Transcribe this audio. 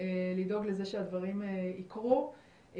לדאוג לזה שהדברים יקרו,